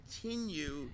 continue